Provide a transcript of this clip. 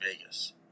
Vegas